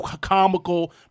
Comical